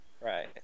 Right